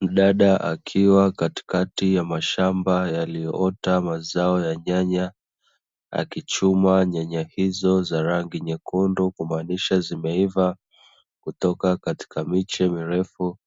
Mdada akiwa katikati ya mashamba yaliyoota mazao ya nyanya akichuma nyanya hizo za rangi nyekundu kumaanisha zimeiva kutoka katika miche mirefu